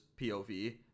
pov